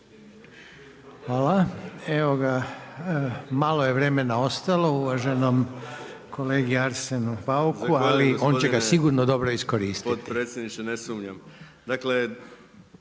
Hvala. Evo ga, malo je vremena ostalo uvaženom kolegi Arsenu Bauku. Ali on će ga sigurno dobro iskoristiti.